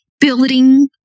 building